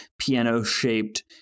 piano-shaped